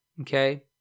Okay